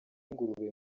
ingurube